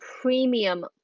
premium